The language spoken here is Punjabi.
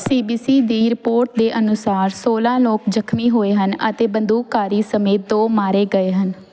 ਸੀ ਬੀ ਸੀ ਦੀ ਰਿਪੋਰਟ ਦੇ ਅਨੁਸਾਰ ਸੋਲ਼ਾਂ ਲੋਕ ਜ਼ਖਮੀ ਹੋਏ ਹਨ ਅਤੇ ਬੰਦੂਕਧਾਰੀ ਸਮੇਤ ਦੋ ਮਾਰੇ ਗਏ ਹਨ